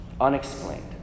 Unexplained